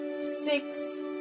six